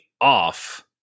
off